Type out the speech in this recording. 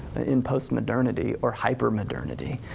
in post-modernity or hyper-modernity.